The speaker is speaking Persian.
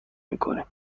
میکنیم